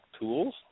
tools